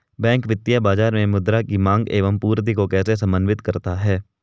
Bank वित्तीय बाजार में मुद्रा की माँग एवं पूर्ति को कैसे समन्वित करता है?